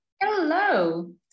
Hello